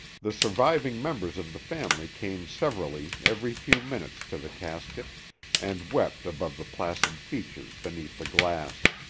the surviving members of the family came severally every few minutes to the casket and wept above the placid features beneath the glass.